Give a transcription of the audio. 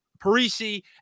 Parisi